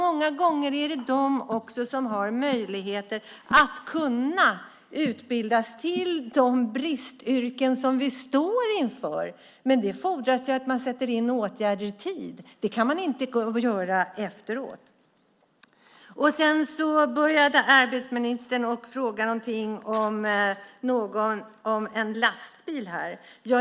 Många gånger är det också de människorna som har möjligheter att kunna utbildas till de bristyrken som vi står inför. Men det fordras att man sätter in åtgärder i tid. Det kan man inte göra efteråt. Arbetsmarknadsministern sade här någonting om en lastbil.